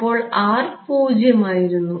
അപ്പോൾ R പൂജ്യമായിരുന്നു